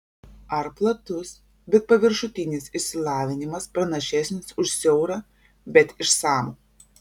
ar platus bet paviršutinis išsilavinimas pranašesnis už siaurą bet išsamų